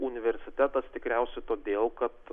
universitetas tikriausia todėl kad